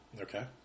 Okay